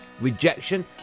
rejection